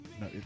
No